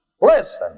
Listen